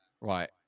right